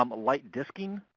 um light discing,